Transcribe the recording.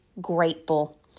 grateful